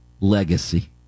Legacy